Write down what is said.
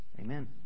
Amen